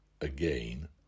again